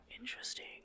Interesting